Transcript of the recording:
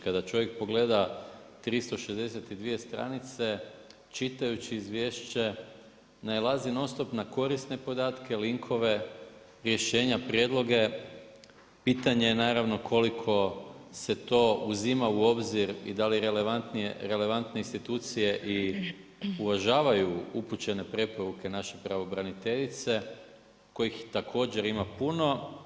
Kad čovjek pogleda 362 str. čitajući izvješće nailazi non stop na korisne podatke, linkove, rješenja prijedloge, pitanje je naravno, koliko se to uzima u obzir i da li je relevantnije institucije i uvažavaju upućene preporuke naše pravobraniteljice kojih također ima puno.